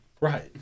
Right